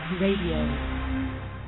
radio